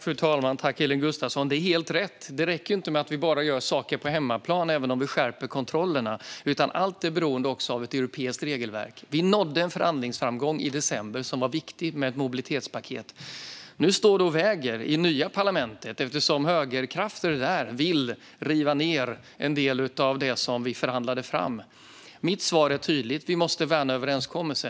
Fru talman! Tack, Elin Gustafsson! Det är helt rätt att det inte räcker att bara göra saker på hemmaplan, även om vi skärper kontrollerna. Allt är också beroende av ett europeiskt regelverk. Vi nådde i december en viktig förhandlingsframgång med ett mobilitetspaket. Nu står det och väger i det nya parlamentet. Högerkrafter där vill riva ned en del av det som vi förhandlade fram. Mitt svar är tydligt: Vi måste värna överenskommelsen.